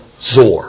Zor